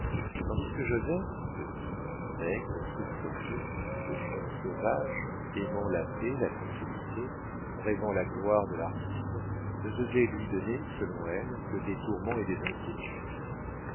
tandis que joseph petit maigre souffreteux au front sauvage aimant la paix la tranquillité rêvant la gloire de l'artiste ne devait lui donner selon elle que des tourments et des inquiétudes